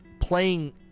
playing